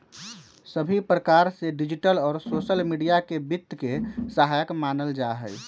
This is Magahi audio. सभी प्रकार से डिजिटल और सोसल मीडिया के वित्त के सहायक मानल जाहई